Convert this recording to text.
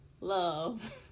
love